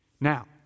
Now